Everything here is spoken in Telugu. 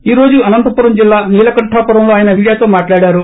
ఈ రోజు అనంతపురం జిల్లా నీలకంఠాపురంలో ఆయన మీడియాతో మాట్లాడారు